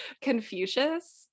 Confucius